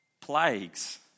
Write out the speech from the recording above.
Plagues